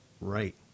Right